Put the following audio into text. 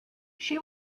she